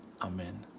Amen